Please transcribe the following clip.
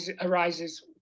arises